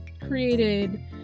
created